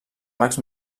mags